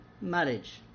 marriage